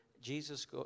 Jesus